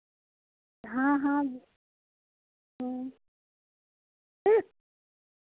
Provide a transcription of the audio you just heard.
हाँ हाँ जी हाँ ठीक